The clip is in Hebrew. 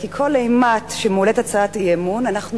כי כל אימת שמועלית הצעת אי-אמון אנחנו